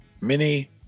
Mini